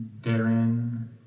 Darren